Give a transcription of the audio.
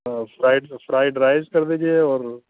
हाँ fried fried rice कर दीजिए और